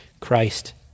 Christ